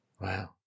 Wow